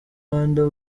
rwanda